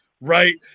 right